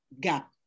gap